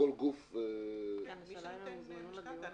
מי שנותן משכנתה.